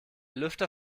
lüfter